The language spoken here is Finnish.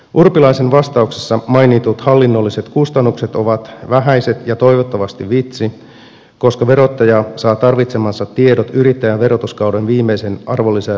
urpilaisen vastauksessa mainitut hallinnolliset kustannukset ovat vähäiset ja toivottavasti vitsi koska verottaja saa tarvitsemansa tiedot yrittäjän verotuskauden viimeisen arvonlisäveroilmoituksen mukana